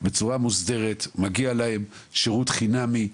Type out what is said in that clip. בצורה מוסדרת, מגיע לו שירות חינמי מוסדר,